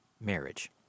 marriage